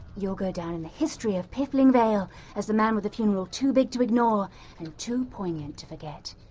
you'll go down in the history of piffling vale as the man with the funeral too big to ignore and too poignant to forget!